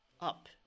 Up